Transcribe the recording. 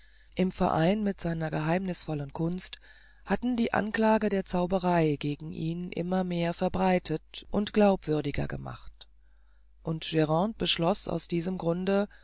im verein mit seiner geheimnißvollen kunst hatte die anklage der zauberei gegen ihn immer mehr verbreitet und glaubwürdiger gemacht und grande beschloß aus diesem grunde